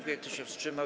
Kto się wstrzymał?